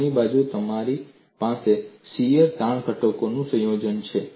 જમણી બાજુએ તમારી પાસે શીયર તાણ ઘટકોનું સંયોજન છે